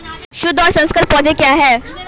शुद्ध और संकर पौधे क्या हैं?